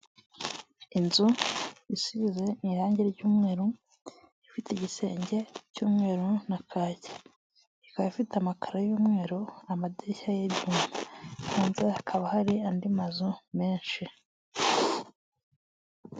Inzu isize irangi ry'umweru ifite igisenge cy'umweru na kaki ikaba ifite amakaro y'umweru amadirishya y'ivu hanze hakaba hari andi mazu menshi.